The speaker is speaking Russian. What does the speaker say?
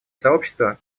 сообщество